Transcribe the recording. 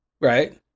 right